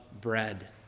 bread